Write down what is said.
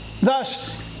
Thus